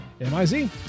M-I-Z